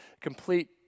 complete